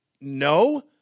No